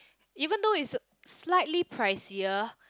even though it's slightly pricier